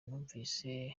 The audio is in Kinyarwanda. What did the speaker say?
numvise